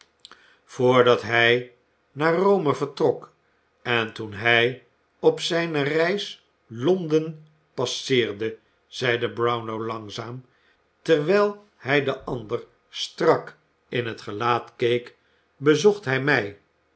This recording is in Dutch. voordat hij naar rome vertrok en toen hij op zijne reis londen passeerde zeide brownlow langzaam terwijl hij den ander strak in het gelaat keek bezocht hij mij